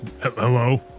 Hello